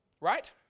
right